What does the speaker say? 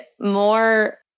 more